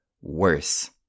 worse